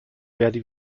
werde